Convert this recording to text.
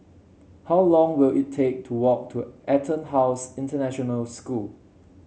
how long will it take to walk to EtonHouse International School